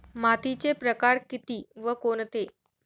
मातीचे प्रकार किती व कोणते?